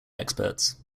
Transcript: experts